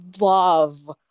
love